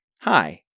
Hi